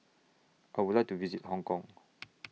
I Would like to visit Hong Kong